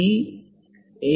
E A